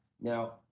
Now